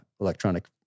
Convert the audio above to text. electronic